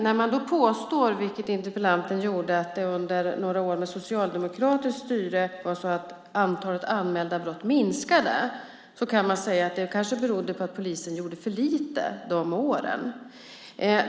När man då påstår, vilket interpellanten gjorde, att det under några år med socialdemokratiskt styre var så att antalet anmälda brott minskade kan man säga att det kanske berodde på att polisen gjorde för lite de åren.